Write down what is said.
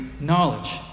knowledge